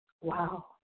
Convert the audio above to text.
Wow